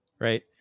right